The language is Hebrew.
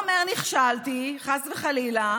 הוא לא אומר: נכשלתי, חס וחלילה.